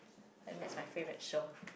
and that's my favourite show